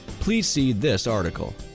please see this article.